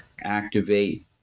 activate